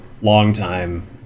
longtime